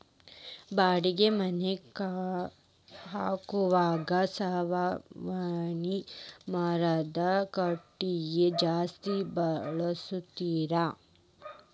ಮಡಗಿ ಮನಿ ಹಾಕುವಾಗ ಸಾಗವಾನಿ ಮರದ ಕಟಗಿ ಜಾಸ್ತಿ ಬಳಸ್ತಾರ